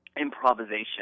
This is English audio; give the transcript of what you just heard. improvisation